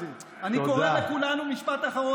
את האיזון הראוי והנכון,